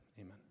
Amen